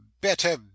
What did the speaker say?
better